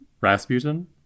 Rasputin